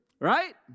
Right